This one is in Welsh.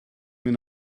mynd